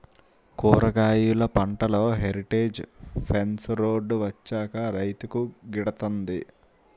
కూరగాయలు పంటలో heritage fence road వచ్చాక రైతుకు గిడతంది